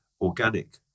organic